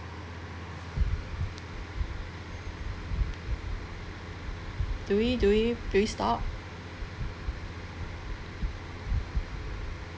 do we do we do we stop